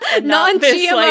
non-gmo